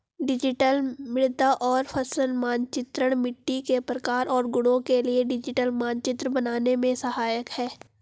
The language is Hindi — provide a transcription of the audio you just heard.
डिजिटल मृदा और फसल मानचित्रण मिट्टी के प्रकार और गुणों के लिए डिजिटल मानचित्र बनाने में सहायक है